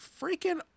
freaking